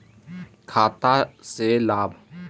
खाता से लाभ?